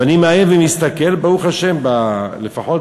ואני מעיין ומסתכל, ברוך השם, לפחות